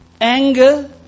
Anger